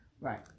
Right